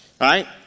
right